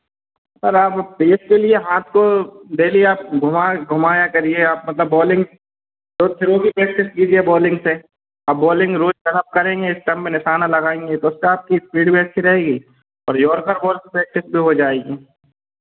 और आप पेस के लिए हाथ को डेली आप घुमा घुमाया कीजिए आप मतलब बॉलिंग रोज़ थ्रो की प्रेक्टिस कीजिए बॉलिंग से आप बॉलिंग रोज़ रन अप करेंगे एस्टम में निशाना लगाएँगे तो उससे आपकी स्पीड भी अच्छी रहेगी और यॉर्कर बॉल प्रेक्टिस भी हो जाएगी